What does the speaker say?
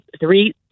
three